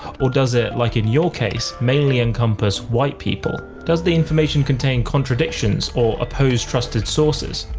or does it, like in your case, mainly encompass white people? does the information contain contradictions or oppose trusted sources?